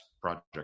project